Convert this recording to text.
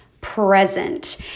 present